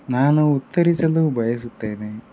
ನಾನು ಉತ್ತರಿಸಲು ಬಯಸುತ್ತೇನೆ